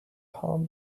calm